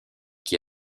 qui